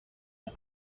and